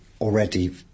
already